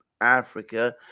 Africa